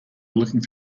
looking